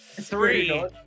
Three